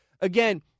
again